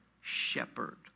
shepherd